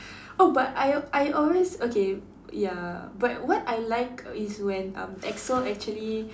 oh but I I always okay ya but what I like is when um Exo actually